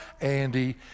Andy